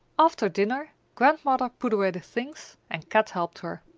after dinner, grandmother put away the things, and kat helped her.